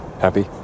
Happy